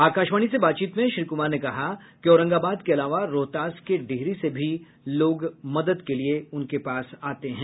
आकाशवाणी से बातचीत में श्री कुमार ने कहा कि औरंगाबाद के अलावा रोहतास के डिहरी से भी लोग मदद के लिए आते हैं